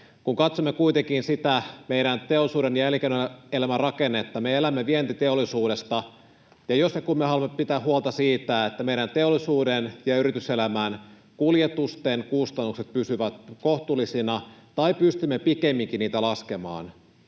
Kun katsomme kuitenkin sitä meidän teollisuuden ja elinkeinoelämän rakennetta, me elämme vientiteollisuudesta, ja jos ja kun me haluamme pitää huolta siitä, että meidän teollisuuden ja yrityselämän kuljetusten kustannukset pysyvät kohtuullisina tai pystymme pikemminkin niitä laskemaan,